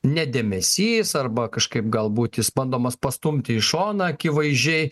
nedėmesys arba kažkaip galbūt jis bandomas pastumti į šoną akivaizdžiai